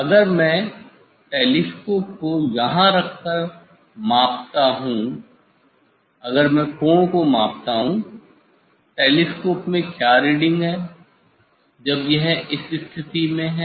अगर मैं टेलीस्कोप को यहां रखकर मापता हूं अगर मैं कोण को मापता हूं टेलीस्कोप में क्या रीडिंग जब यह इस स्थिति में है